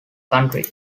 country